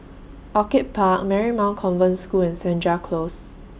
Orchid Park Marymount Convent School and Senja Close